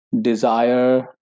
desire